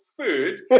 food